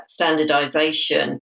standardisation